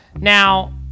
Now